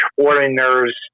foreigners